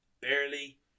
barely